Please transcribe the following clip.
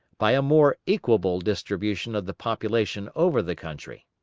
by a more equable distribution of the population over the country.